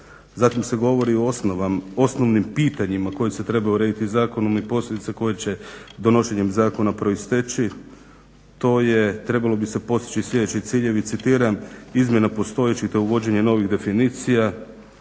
Zatim se govori o osnovnim pitanjima koja se trebaju urediti zakonom i posljedice koje će donošenjem zakona proisteći. To je, trebalo bi se postići sljedeći ciljevi, citiram: "Izmjena postojećih i to je uvođenje novih definicija,